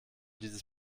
dieses